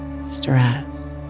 stress